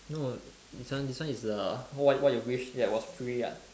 no this one this one is the what what you wish that was free ah